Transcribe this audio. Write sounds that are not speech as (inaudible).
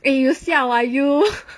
eh you siao ah you (laughs)